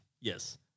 Yes